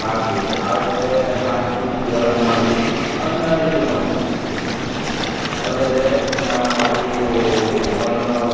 ಹಾಕ್ತಿವಿ ಅದ್ಕೆ ಹಾಕಿ ಇದೆಲ್ಲ ಮಾಡಿ ಅದನ್ನ ಇದು ಮಾಡ್ತೀವಿ ಅದ್ರಾಗೆ ಇನ್ನಾವೂ ಒಣದ